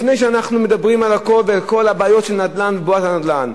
לפני שאנחנו מדברים על כל הבעיות של נדל"ן ובועת הנדל"ן,